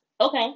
Okay